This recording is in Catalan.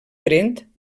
trent